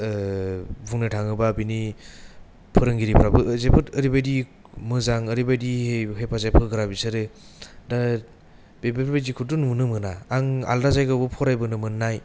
बुंनो थाङोबा बेनि फोरोंगिरिफ्राबो जोबोत ओरैबादि मोजां ओरैबादि हेफाजाब होग्रा बिसोरो दा बेफोर बादिखौथ' नुनो मोना आं आलदा जायगायावबो फरायबोनो मोननाय